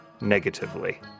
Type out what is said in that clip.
negatively